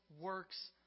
works